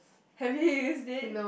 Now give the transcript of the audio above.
have you use it